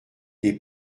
des